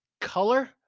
Color